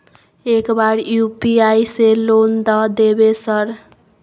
एक बार यु.पी.आई से लोन द देवे सर?